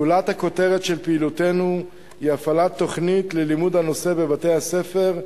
גולת הכותרת של פעילותנו היא הפעלת תוכנית ללימוד הנושא בבתי-הספר,